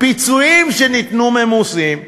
פיצויים שניתנו ממוסים,